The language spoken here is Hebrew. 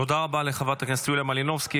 תודה רבה לחברת הכנסת יוליה מלינובסקי,